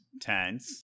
tense